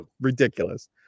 ridiculous